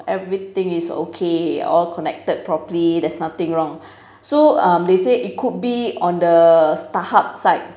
everything is okay all connected properly there's nothing wrong so um they say it could be on the starhub side